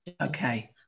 Okay